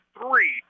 three